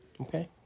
Okay